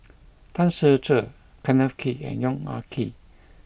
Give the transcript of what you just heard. Tan Ser Cher Kenneth Kee and Yong Ah Kee